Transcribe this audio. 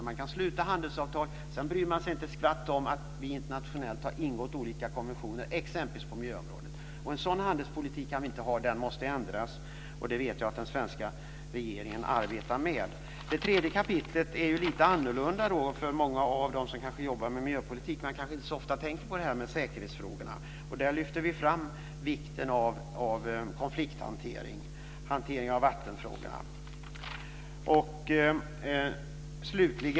Man sluter handelsavtal, och sedan bryr man sig inte ett skvatt om att vi internationellt har antagit olika konventioner, exempelvis på miljöområdet. En sådan handelspolitik kan vi inte ha. Den måste ändras, och jag vet att den svenska regeringen arbetar med det. Det tredje kapitlet är lite annorlunda för många av dem som jobbar med miljöpolitik. De kanske inte så ofta tänker på säkerhetsfrågorna. Vi lyfter fram vikten av konflikthantering och hantering av vattenfrågorna.